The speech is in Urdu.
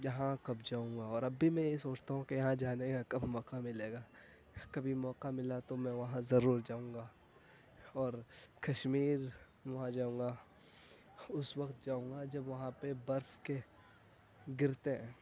یہاں کب جاؤں گا اور اب بھی میں یہی سوچتا ہوں کہ یہاں جانے کا کب موقع ملے گا کبھی موقع ملا تو میں وہاں ضرور جاؤں گا اور کشمیر وہاں جاؤں گا اس وقت جاؤں گا جب وہاں پہ برف کے گرتے ہیں